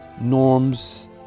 norms